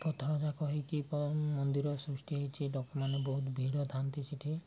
ପଥର ଯାକ ହେଇକି ପ ମନ୍ଦିର ସୃଷ୍ଟି ହେଇଛି ଲୋକମାନେ ବହୁତ ଭିଡ଼ ଥାନ୍ତି ସେଠି